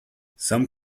some